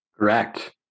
Correct